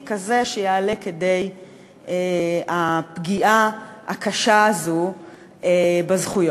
כזה שיעלה כדי הפגיעה הקשה הזאת בזכויות,